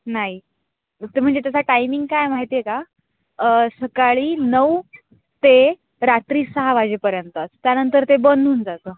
नाही तर म्हणजे त्याचा टायमिंग काय माहिती आहे का सकाळी नऊ ते रात्री सहा वाजेपर्यंतच त्यानंतर ते बंद होऊन जातं